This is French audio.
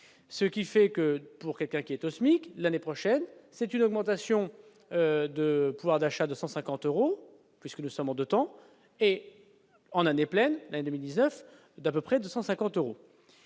ce qui fait que pour quelqu'un qui est au SMIC, l'année prochaine, c'est une augmentation de pouvoir d'achat de 150 euros, puisque nous sommes en 2 temps et en année pleine 2019 d'à peu près 250 euros